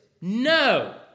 no